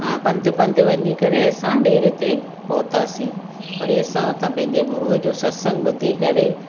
पंधु पंधु वञी करे असां ॾेरे ते पहुतासीं वरी असां उता पंहिंजे गुरूअ जो सतसंगु ॿुधी करे